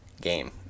game